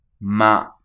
Ma